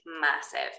massive